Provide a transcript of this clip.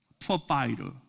provider